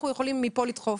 אנחנו יכולים מפה לדחוף.